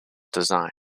design